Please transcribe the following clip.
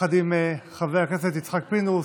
יחד עם חבר הכנסת יצחק פינדרוס.